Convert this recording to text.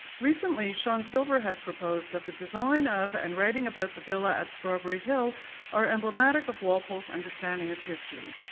recently sean silver has proposed that the design of and writing about the villa at strawberry hill are emblematic of walpole's understanding of history.